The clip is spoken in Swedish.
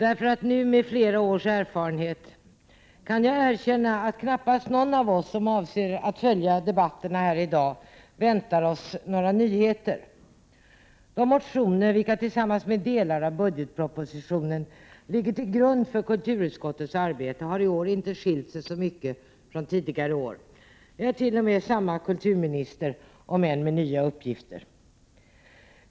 Efter flera års erfarenhet kan jag erkänna att knappast någon av oss som avser att följa dagens debatt väntar sig några nyheter. De motioner vilka tillsammans med delar av budgetpropositionen ligger till grund för kulturutskottets arbete har i år inte skilt sig så mycket från tidigare års. Vi har t.o.m. samma kulturminister, om än med nya uppgifter.